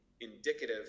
indicative